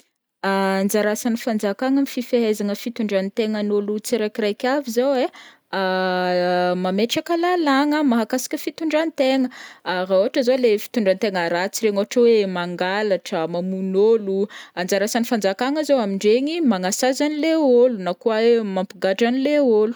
Anjara asan'ny fanjakagna amin' fifehezagna tegnan'ôlo tsiraikiraiky avy zao ai, mametraka lalàgna mahakasika fitondrantegna, raha ohatra zao leha fitondrantegna ratsy regny ohatra hoe mangalatra, mamono ôlo, anjara asan'ny fanjakagna zao amindregny magnasazy an'ilay ôlo na koa hoe mampigadra an'ilay ôlo.